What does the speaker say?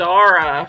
Dara